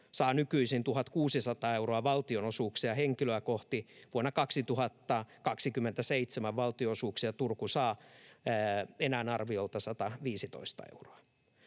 saa nykyisin 1 600 euroa valtionosuuksia henkilöä kohti — vuonna 2027 Turku saa valtionosuuksia enää arviolta 115 euroa.